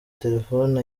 telefone